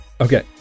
Okay